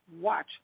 watch